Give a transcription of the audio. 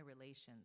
relations